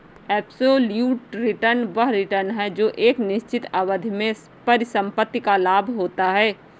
absolute return वह return है जो एक निश्चित अवधि में परिसंपत्ति का लाभ होता है